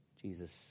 Jesus